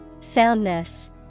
Soundness